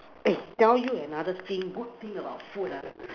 eh tell you another thing good thing about food ah